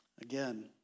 Again